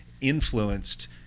influenced